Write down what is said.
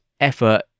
effort